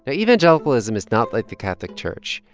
but evangelicalism is not like the catholic church.